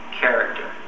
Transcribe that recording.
character